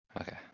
Okay